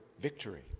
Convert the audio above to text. victory